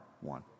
one